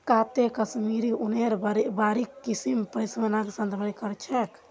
काते कश्मीरी ऊनेर बारीक किस्म पश्मीनाक संदर्भित कर छेक